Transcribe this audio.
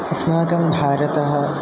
अस्माकं भारतः